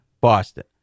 Boston